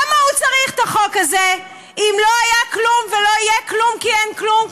למה הוא צריך את החוק הזה אם לא היה כלום ולא יהיה כלום כי אין כלום,